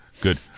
Good